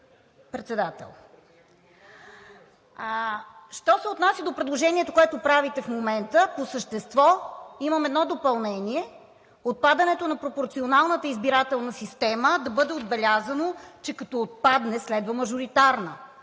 Председател. Що се отнася до предложението, което правите в момента, по същество имам едно допълнение. Отпадането на пропорционалната избирателна система – да бъде отбелязано, че като отпадне, следва мажоритарна,